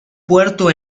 puerto